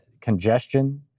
congestion